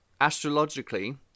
astrologically